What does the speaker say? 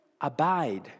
abide